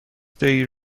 they